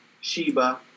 Sheba